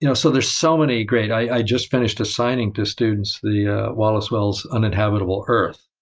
you know so there's so many great, i just finished assigning to students, the wallace-wells uninhabitable earth.